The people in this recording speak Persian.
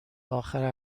آخر